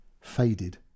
faded